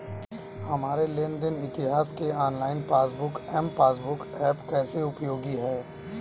हमारे लेन देन इतिहास के online passbook M passbook app कैसे उपयोगी है?